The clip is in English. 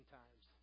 times